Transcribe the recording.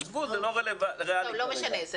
עזבו, זה לא ריאלי כרגע.